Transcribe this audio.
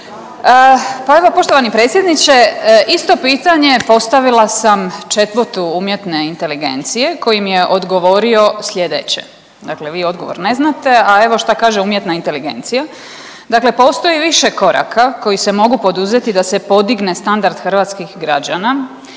Poštovani predsjedniče isto pitanje postavila sam …/Govornica se ne razumije./… umjetne inteligencije koji mi je odgovorio sljedeće. Dakle, vi odgovor ne znate, a evo šta kaže umjetna inteligencija. Dakle, postoji više koraka koji se mogu poduzeti da se podigne standard hrvatskih građana.